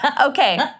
Okay